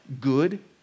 good